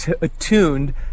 attuned